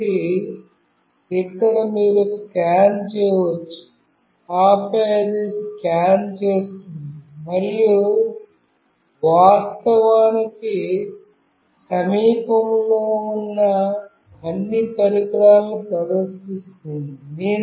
కాబట్టి ఇక్కడ మీరు స్కాన్ చేయవచ్చు ఆపై అది స్కాన్ చేస్తుంది మరియు వాస్తవానికి సమీపంలో ఉన్న అన్ని పరికరాలను ప్రదర్శిస్తుంది